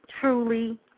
truly